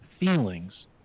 Feelings